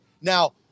Now